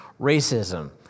racism